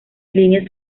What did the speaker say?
líneas